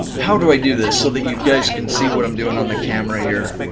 how do i do this so that you guys can see what i'm doing on the camera here.